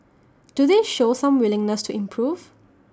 do they show some willingness to improve